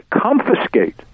confiscate –